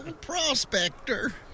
prospector